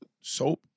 Soap